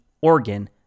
organ